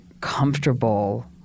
comfortable